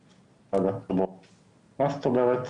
סליחה,